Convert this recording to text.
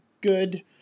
good